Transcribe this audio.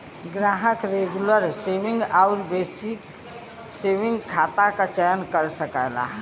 ग्राहक regular saving आउर basic saving खाता क चयन कर सकला